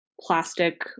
plastic